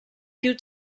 più